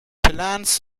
plants